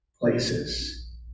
places